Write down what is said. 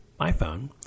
iPhone